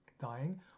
dying